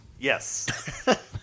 Yes